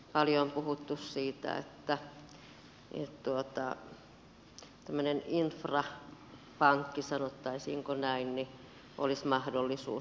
paljon on puhuttu siitä että tämmöinen infra pankki sanottaisiinko näin olisi mahdollisuus